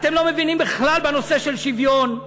אתם לא מבינים בכלל בנושא של שוויון,